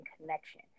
connection